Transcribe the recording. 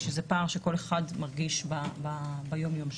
שזה פער שכל אחד מרגיש ביום-יום שלו.